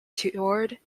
toward